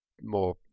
more